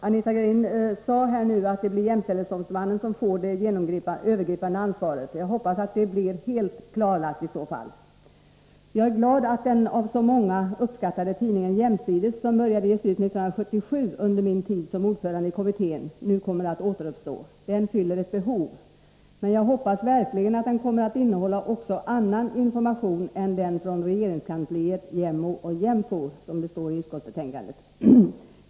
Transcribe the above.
Anita Gradin sade att det blir jämställdhetsombudsmannen som får det övergripande ansvaret. Jag hoppas att detta i så fall blir helt klarlagt. Jag är glad att den av så många uppskattade tidningen Jämsides, som började ges ut 1977 under min tid som ordförande i jämställdhetskommittén, nu kommer att återuppstå. Den fyllde ett behov. Men jag hoppas verkligen att den kommer att innehålla också annan information än, som det står i utskottsbetänkandet, den från regeringskansliet, jämställdhetsombudsmannen och forskningsdelegationen.